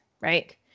Right